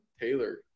Taylor